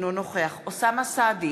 אינו נוכח אוסאמה סעדי,